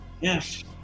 yes